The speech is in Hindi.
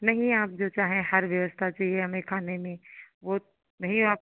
नहीं आप जो चाहे हर व्यवस्था चाहिए हमें खाने में वो नहीं आप